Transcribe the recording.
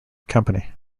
company